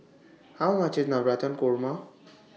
How much IS Navratan Korma